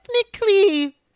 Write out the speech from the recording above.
technically